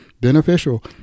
beneficial